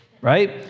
Right